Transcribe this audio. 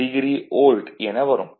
2° volt என வரும்